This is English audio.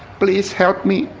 please help me!